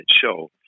show